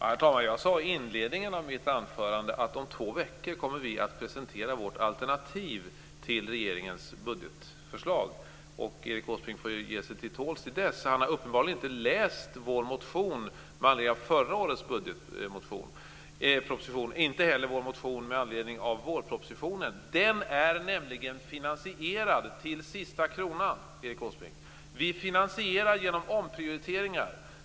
Herr talman! Jag sade i inledningen av mitt anförande att vi om två veckor kommer att presentera vårt alternativ till regeringens budgetförslag. Erik Åsbrink får ge sig till tåls till dess. Han har uppenbarligen inte läst vår motion med anledning av förra årets budgetproposition, och inte heller vår motion med anledning av vårpropositionen. Den är nämligen finansierad till sista kronan, Erik Åsbrink. Vi finansierar genom omprioriteringar.